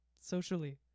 Socially